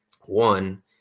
one